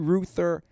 Ruther